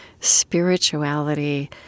spirituality